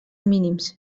mínims